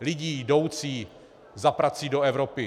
lidí jdoucí za prací do Evropy.